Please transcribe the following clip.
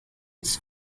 its